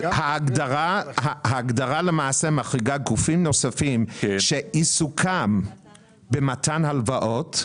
ההגדרה למעשה מחריגה גופים נוספים שעיסוקם במתן הלוואות.